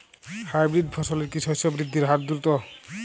Hybrid ফসলের কি শস্য বৃদ্ধির হার দ্রুত?